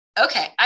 okay